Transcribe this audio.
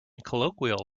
colloquial